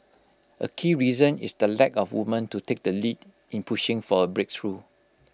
A key reason is the lack of women to take the lead in pushing for A breakthrough